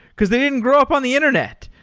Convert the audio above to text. because they didn't grow up on the internet.